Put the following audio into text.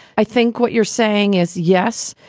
i think what you're saying is, yes,